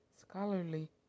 scholarly